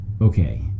okay